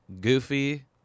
goofy